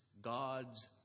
god's